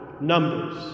numbers